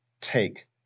take